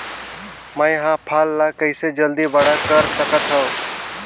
मैं ह फल ला कइसे जल्दी बड़ा कर सकत हव?